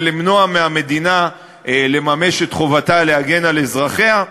ולמנוע מהמדינה לממש את חובתה להגן על אזרחיה.